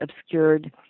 obscured